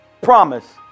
promise